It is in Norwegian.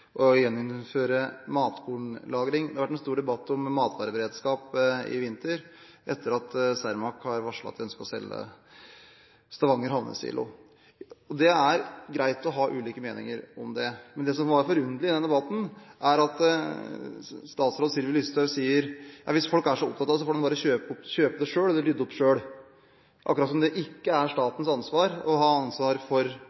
gjeninnføre matkornlagring. Det har vært en stor debatt om matvareberedskap i vinter etter at Cermaq har varslet at de ønsker å selge Stavanger Havnesilo. Det er greit å ha ulike meninger om det, men det som var forunderlig i den debatten, var at statsråd Sylvi Listhaug sier at hvis folk er så opptatt av det, får de bare kjøpe det selv og rydde opp selv, akkurat som om det ikke er statens ansvar å ha ansvar for